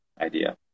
idea